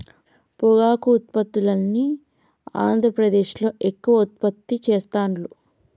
పొగాకు ఉత్పత్తుల్ని ఆంద్రప్రదేశ్లో ఎక్కువ ఉత్పత్తి చెస్తాండ్లు